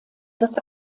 des